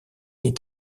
est